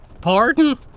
Pardon